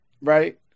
right